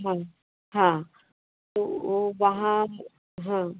हाँ हाँ तो वो वहाँ हम्म